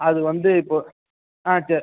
அது வந்து இப்போது ஆ சேரி